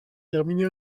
terminé